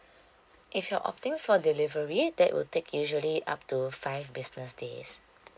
if you're opting for delivery that will take usually up to five business days